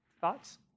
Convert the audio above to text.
Thoughts